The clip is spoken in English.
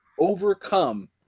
overcome